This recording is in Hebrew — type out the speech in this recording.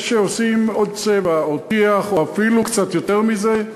זה שעושים עוד צבע או טיח, או אפילו קצת יותר מזה,